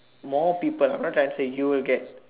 more people what does it say you will get